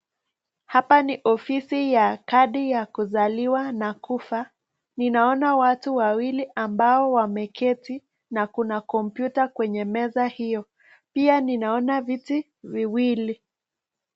Hapa ni ofisi ya kadi ya kuzaliwa na kufa. Ninaona watu wawili ambao wamekaa na kuna kompyuta kwenye meza hiyo. Pia ninaona viti viwili.